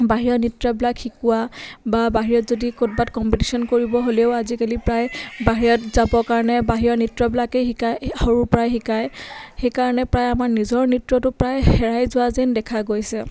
বাহিৰৰ নৃত্যবিলাক শিকোৱা বা বাহিৰত যদি ক'ৰবাত কম্পিটিশ্যন কৰিব হ'লেও আজিকালি প্ৰায় বাহিৰত যাবৰ কাৰণে বাহিৰৰ নৃত্যবিলাকেই শিকায় সৰু পৰাই শিকায় সেইকাৰণে প্ৰায় আমাৰ নিজৰ নৃত্যটো প্ৰায় হেৰাই যোৱা যেন দেখা গৈছে